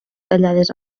tallades